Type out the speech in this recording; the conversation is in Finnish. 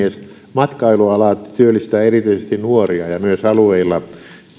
matkailuala työllistää erityisesti nuoria ja myös alueilla